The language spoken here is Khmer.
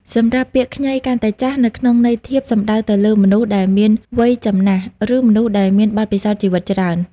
សម្រាប់ពាក្យ ខ្ញីកាន់តែចាស់ នៅក្នុងន័យធៀបសំដៅទៅលើ មនុស្សដែលមានវ័យចំណាស់ ឬមនុស្សដែលមានបទពិសោធន៍ជីវិតច្រើន។